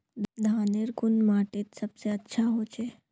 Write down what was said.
धानेर कुन माटित सबसे अच्छा होचे?